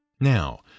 Now